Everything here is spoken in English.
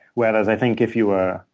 whereas i think if you are,